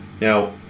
Now